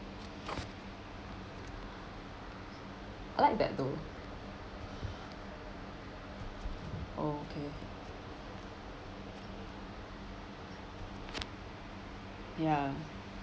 I like that though oh okay ya